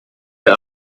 der